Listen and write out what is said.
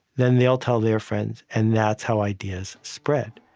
then they'll tell their friends, and that's how ideas spread.